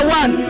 one